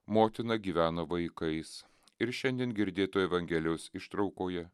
motina gyvena vaikais ir šiandien girdėtoje evangelijos ištraukoje